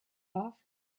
off